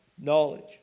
knowledge